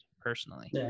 personally